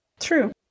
True